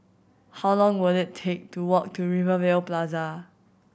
how long will it take to walk to Rivervale Plaza